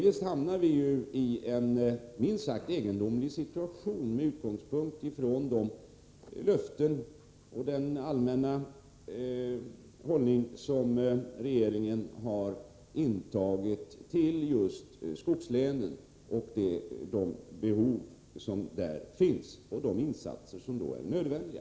Eljest hamnar vi i en minst sagt egendomlig situation med tanke på de löften och den allmänna hållning som regeringen har intagit till just skogslänen och de behov som där finns och till de insatser som då är nödvändiga.